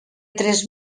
tres